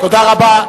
תודה רבה.